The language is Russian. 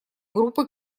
группы